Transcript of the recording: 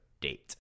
date